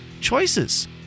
choices